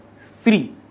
three